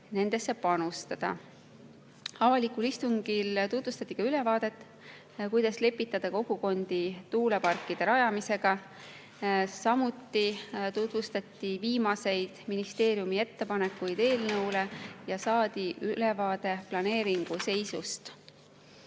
nendesse panustada. Avalikul istungil tutvustati ka ülevaadet, kuidas lepitada kogukondi tuuleparkide rajamisega. Samuti tutvustati viimaseid ministeeriumi ettepanekuid eelnõu kohta ja saadi ülevaade planeeringu seisust. Eelnõu